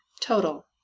total